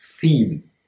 theme